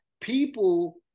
people